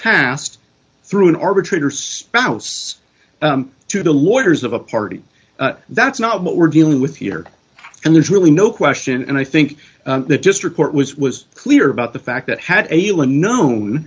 past through an arbitrator spouse to the lawyers of a party that's not what we're dealing with here and there's really no question and i think that just report was was clear about the fact that had ala known